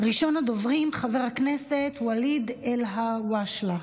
ראשון הדוברים, חבר הכנסת ואליד אלהואשלה,